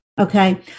Okay